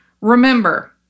remember